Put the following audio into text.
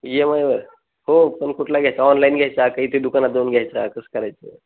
E M आयवर हो पण कुठला घ्यायचा ऑनलाईन घ्यायचा का इथे दुकानात जाऊन घ्यायचा कसं करायचं